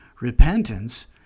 Repentance